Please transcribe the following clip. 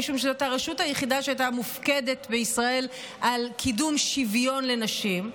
משום שזאת הרשות היחידה שהייתה מופקדת בישראל על קידום שוויון לנשים,